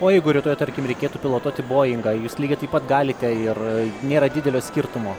o jeigu rytoj tarkim reikėtų pilotuoti boingą jūs lygiai taip pat galite ir nėra didelio skirtumo